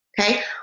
Okay